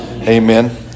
amen